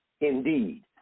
Indeed